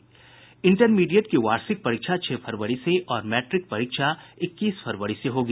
intermediate की वार्षिक परीक्षा छह फरवरी से और मैट्रिक परीक्षा इक्कीस फरवरी से होगी